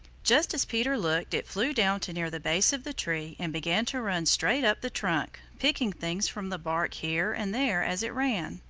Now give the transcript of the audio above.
just as peter looked it flew down to near the base of the tree and began to run straight up the trunk, picking things from the bark here and there as it ran.